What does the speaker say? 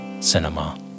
Cinema